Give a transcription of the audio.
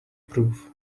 proof